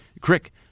Crick